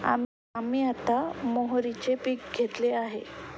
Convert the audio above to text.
आम्ही आता मोहरीचे पीक घेतले आहे